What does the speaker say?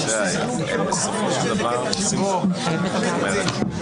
בסופו של דבר כל הדוברים החיצוניים